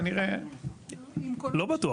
כנראה --- לא בטוח,